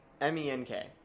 M-E-N-K